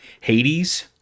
hades